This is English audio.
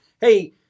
Hey